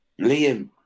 Liam